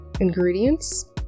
ingredients